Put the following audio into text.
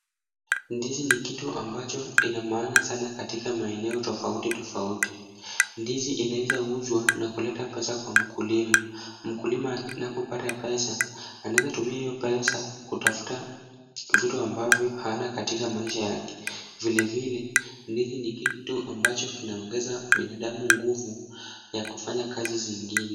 Ndizi ni kitu ambacho ina maana sana katika maeneo tofauti tofauti. Ndizi inaweza uzwa na kuleta pesa kwa mkulima. Mkulima anapopata pesa anaweza tumia hio pesa kutafuta vitu ambavyo hana katika maisha yake. Vilevile ndizi ni kitu ambacho kinaongeza binadamu nguvu ya kufanya kazi zingine.